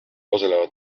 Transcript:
osalevad